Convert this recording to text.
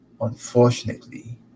Unfortunately